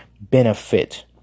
benefit